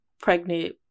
pregnant